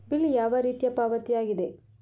Bill ಯಾವ ರೀತಿಯ ಪಾವತಿಯಾಗಿದೆ?